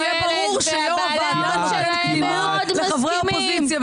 שיהיה ברור שיושב-ראש הוועדה נותן קדימות לחברי האופוזיציה,